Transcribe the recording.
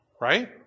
Right